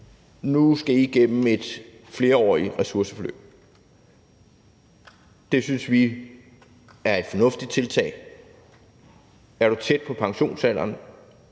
de skal igennem et flerårigt ressourceforløb, synes vi er et fornuftigt tiltag. Er du tæt på pensionsalderen,